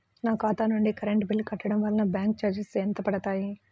నా ఖాతా నుండి కరెంట్ బిల్ కట్టడం వలన బ్యాంకు చార్జెస్ ఎంత పడతాయా?